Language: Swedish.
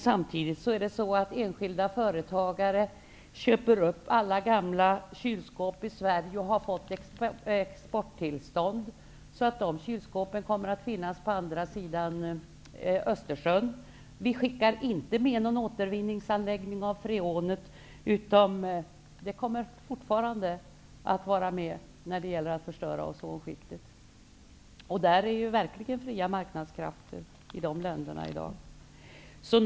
Samtidigt köper enskilda företagare upp alla gamla kylskåp i Sverige. De har fått exporttillstånd, så de kylskåpen kommer snart att finnas på andra sidan Östersjön. Vi skickar inte med någon anläggning för återvinning av freonet, så det kommer fortfarande att bidra till att förstöra ozonskiktet. I de länderna är det ju verkligen fria marknadskrafter i dag.